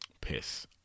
piss